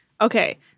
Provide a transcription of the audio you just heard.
Okay